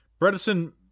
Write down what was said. Bredesen